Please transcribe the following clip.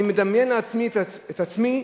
אני מדמיין לעצמי את עצמי,